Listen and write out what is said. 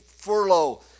Furlough